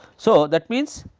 so that means,